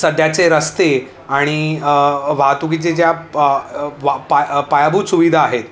सध्याचे रस्ते आणि वाहतुकीचे ज्या पायाभूत सुविधा आहेत